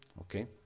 Okay